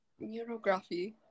Neurography